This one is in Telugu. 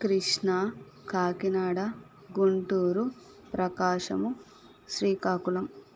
కృష్ణా కాకినాడ గుంటూరు ప్రకాశము శ్రీకాకుళం